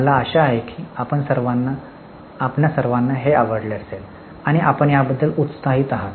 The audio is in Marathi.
मला आशा आहे की आपणा सर्वांना हे आवडले असेल आणि आपण याबद्दल उत्साहित आहात